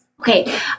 Okay